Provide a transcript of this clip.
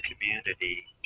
community